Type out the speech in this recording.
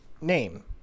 name